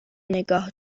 نگاه